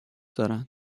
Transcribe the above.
دارن